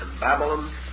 Babylon